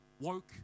woke